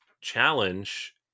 challenge